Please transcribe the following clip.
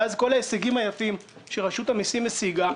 ואז כל ההישגים היפים שרשות המיסים השיגה,